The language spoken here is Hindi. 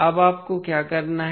अब आपको क्या करना है